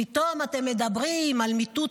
פתאום אתם מדברים על מיטוט